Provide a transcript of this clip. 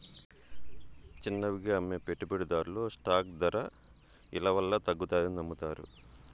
చిన్నవిగా అమ్మే పెట్టుబడిదార్లు స్టాక్ దర ఇలవల్ల తగ్గతాదని నమ్మతారు